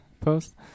post